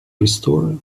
restore